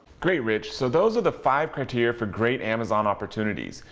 great, rich, so those are the five criteria for great amazon opportunities.